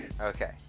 Okay